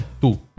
Two